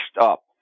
up